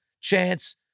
chance